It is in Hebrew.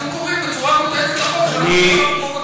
אז הם קוראים בצורה מוטעית את החוק שאנחנו חוקקנו פה בכנסת.